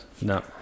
no